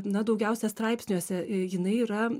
na daugiausia straipsniuose jinai yra